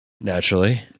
Naturally